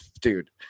dude